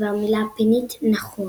והמילה הפינית "נכון".